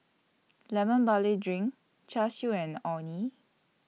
Lemon Barley Drink Char Siu and Orh Nee